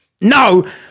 no